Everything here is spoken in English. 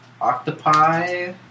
Octopi